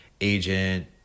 agent